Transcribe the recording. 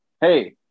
Hey